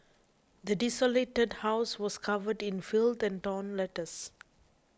the desolated house was covered in filth and torn letters